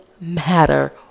matter